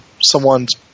someone's